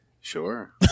sure